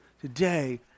today